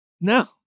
no